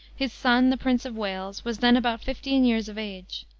his son, the prince of wales, was then about fifteen years of age.